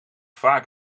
vaak